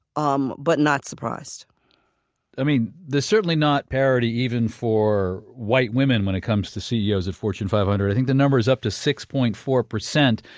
um but not surprised i mean, there's certainly not parity even for white women when it comes to ceos of fortune five hundred. i think the number is up to six point four percent,